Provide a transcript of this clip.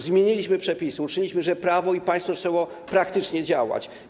Zmieniliśmy przepisy, uczyniliśmy, że prawo i państwo zaczęło praktycznie działać.